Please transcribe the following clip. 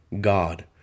God